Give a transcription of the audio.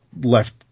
left